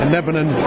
Lebanon